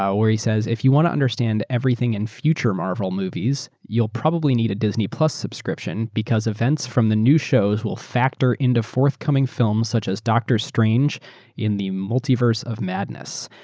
ah where he says, if you want to understand everything in future marvel movies, you'll probably need a disney plus subscription because events from the new show will factor in the forthcoming film such as doctor strange in the multiverse of madness.